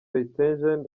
reyntjens